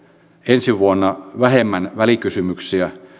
ensi vuonna vähemmän välikysymyksiä